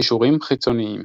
קישורים חיצוניים